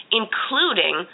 including